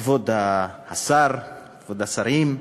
כבוד השר, כבוד השרים,